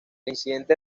incidente